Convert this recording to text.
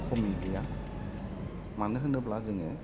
खमि गैया मानो होनोब्ला जोङो